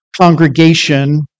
congregation